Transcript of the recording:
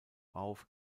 auf